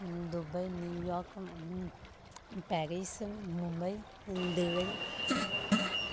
Dubai New York Paris Mumbai Delhi